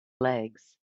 legs